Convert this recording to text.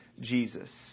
Jesus